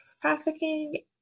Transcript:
trafficking